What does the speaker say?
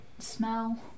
smell